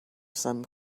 some